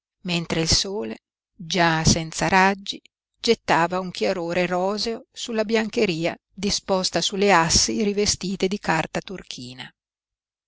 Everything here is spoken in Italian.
mentre il sole già senza raggi gettava un chiarore roseo sulla biancheria disposta sulle assi rivestite di carta turchina